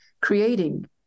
creating